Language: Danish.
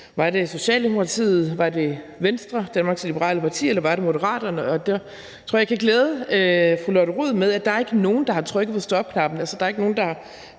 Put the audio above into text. Var det Socialdemokratiet? Var det Venstre, Danmarks Liberale Parti? Eller var det Moderaterne? Der tror jeg, jeg kan glæde fru Lotte Rod med, at der ikke er nogen, der har trykket på stopknappen;